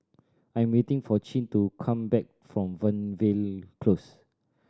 I'm waiting for Chin to come back from Fernvale Close